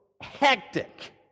hectic